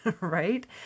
right